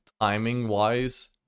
timing-wise